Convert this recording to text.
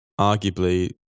arguably